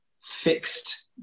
fixed